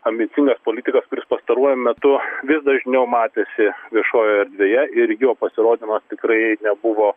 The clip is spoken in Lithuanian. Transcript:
ambicingas politikas kuris pastaruoju metu vis dažniau matėsi viešojoje erdvėje ir jo pasirodymas tikrai nebuvo